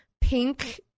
pink